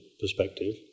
perspective